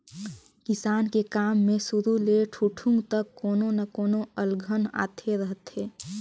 किसानी के काम मे सुरू ले ठुठुंग तक कोनो न कोनो अलहन आते रथें